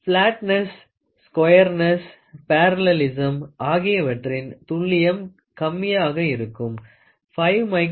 flatness squareness பேரல்லெலிசும் flatness squareness parallelism ஆகியவற்றின் துல்லியம் கம்மியாக இருக்கும் 5 microns